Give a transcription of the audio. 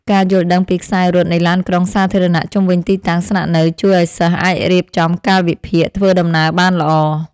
ការយល់ដឹងពីខ្សែរត់នៃឡានក្រុងសាធារណៈជុំវិញទីតាំងស្នាក់នៅជួយឱ្យសិស្សអាចរៀបចំកាលវិភាគធ្វើដំណើរបានល្អ។